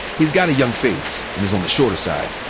he's got a young face and is on the shorter side.